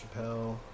Chappelle